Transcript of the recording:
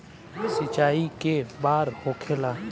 सिंचाई के बार होखेला?